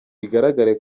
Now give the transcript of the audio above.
bigaragare